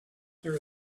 there